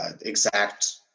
exact